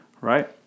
Right